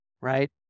right